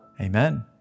Amen